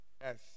Yes